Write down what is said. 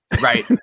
right